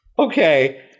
Okay